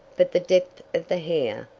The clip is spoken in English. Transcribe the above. but the depth of the hair,